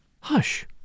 Hush